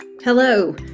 hello